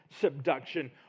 subduction